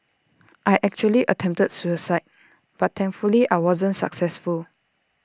I actually attempted suicide but thankfully I wasn't successful